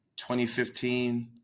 2015